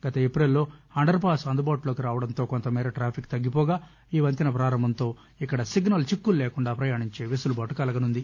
గత ఏపిల్లో underpass అందుబాటులోకి రావడంతో కొంతమేర టాఫిక్ తగ్గిపోగా ఈ వంతెన పారంభంతో ఇక్కడ సిగ్నల్ చిక్కులు లేకుండా పయాణించే వెసులుబాటు కలగనుంది